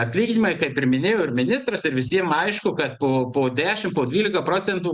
atlyginimai kaip ir minėjo ir ministras ir visiem aišku kad po po dešim po dvykila procentų